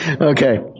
Okay